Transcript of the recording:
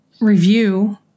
review